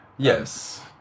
Yes